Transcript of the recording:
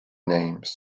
names